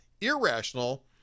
irrational